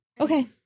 Okay